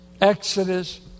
Exodus